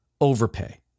overpay